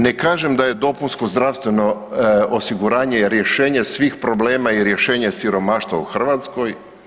Ne kažem da je dopunsko zdravstveno osiguranje rješenje svih problema i rješenje siromaštva u Hrvatskoj.